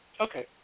Okay